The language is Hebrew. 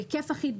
בהיקף אחיד,